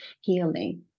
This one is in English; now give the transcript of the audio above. healing